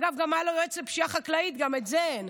אגב, גם היה לו יועץ לפשיעה חקלאית, גם את זה אין.